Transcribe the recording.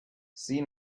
see